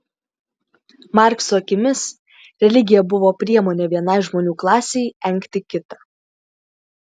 markso akimis religija buvo priemonė vienai žmonių klasei engti kitą